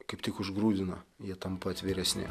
kaip tik užgrūdina jie tampa atviresni